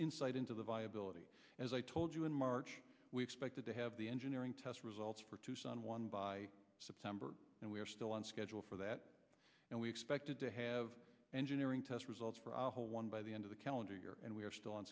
insight into the viability as i told you in march we expected to have the engineering test results for tucson one by september and we're still on schedule for that and we expected to have engineering test results for our whole one by the end of the calendar year and we're still